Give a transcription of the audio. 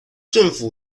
政府